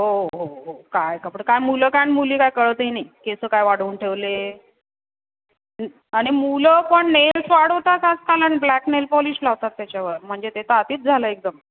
हो हो हो हो हो काय कपडे काय मुलं काय नि मुली काय काय कळतही नाही केस काय वाढवून ठेवले आणि मूल पण नैल्स वाढवतात आजकाल ब्लॅक नेल पॉलिश लावतात त्याच्यावर म्हणजे ते तर अतिच झालं एकदम